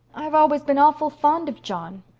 i've always been awful fond of john.